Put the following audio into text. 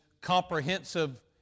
comprehensive